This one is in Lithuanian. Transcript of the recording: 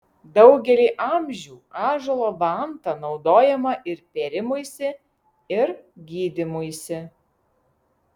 daugelį amžių ąžuolo vanta naudojama ir pėrimuisi ir gydymuisi